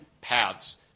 paths